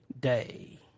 day